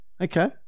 Okay